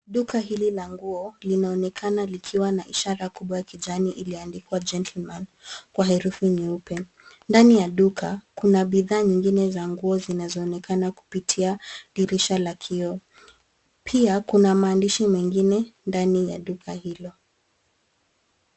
Duka hili la nguo linaonekana likiwa na ishara kubwa ya kijani iliyoandikwa, gentleman, kwa herufi nyeupe. Ndani ya duka kuna bidhaa nyingine za nguo zinazoonekana kupitia dirisha la kioo. Pia kuna maandishi mengine ndani ya duka hilo.